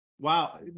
Wow